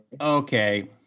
Okay